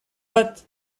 bat